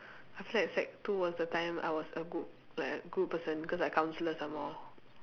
I feel like sec two was the time I was a good like a good person cause I counsellor some more